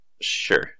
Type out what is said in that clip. Sure